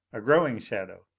a growing shadow,